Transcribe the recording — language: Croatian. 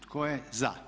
Tko je za?